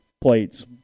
plates